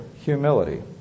humility